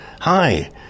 Hi